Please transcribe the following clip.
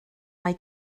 mae